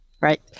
right